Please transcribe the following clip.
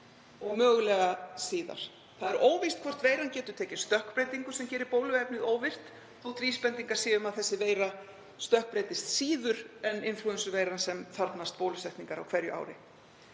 og mögulega síðar. Það er óvíst hvort veiran getur tekið stökkbreytingum sem gerir bóluefnið óvirkt þótt vísbendingar séu um að þessi veira stökkbreytist síður en inflúensuveiran sem þarf að bólusetja við á hverju ári.